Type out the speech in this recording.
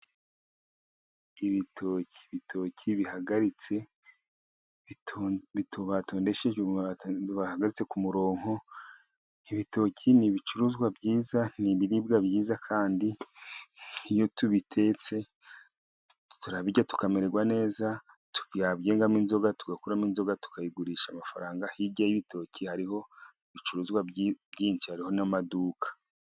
Ibitoki, ibitoki bihagaritse ,batodesheje , bihagaritse ku murongo. ibitoki n'ibicuruzwa byiza ni ibiriribwa byiza kandi nk'iyo tubitetse turarya tukamererwa neza. Yabyengamo inzoga tugakuramo inzoga tukayigurisha amafaranga. Hirya y'ibitoki hariho ibicuruzwa byinshi. Hariho n'amaduka.